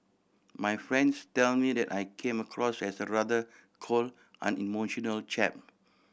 my friends tell me that I came across as a rather cold unemotional chap